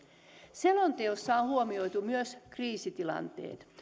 selonteossa on huomioitu myös kriisitilanteet